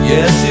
Yes